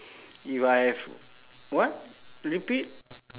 if I have what repeat